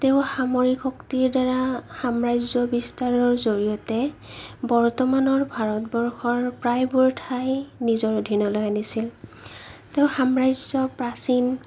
তেওঁ সামৰিক শক্তিৰ দ্বাৰা সাম্ৰাজ্য বিস্তাৰৰ জৰিয়তে বৰ্তমানৰ ভাৰতবৰ্ষৰ প্ৰায়বোৰ ঠাই নিজৰ অধীনলৈ আনিছিল তেওঁৰ সাম্ৰাজ্য প্ৰাচীন